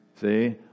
See